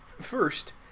First